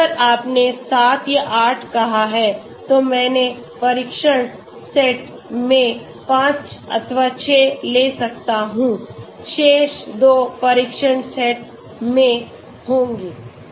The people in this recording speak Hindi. तो अगर आपने 7 या 8 कहाहै तो मैं प्रशिक्षण सेट में 5 अथवा 6 ले सकता हूं शेष 2 परीक्षण सेट में होंगे